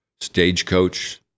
Stagecoach